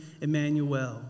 Emmanuel